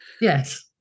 Yes